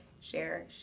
share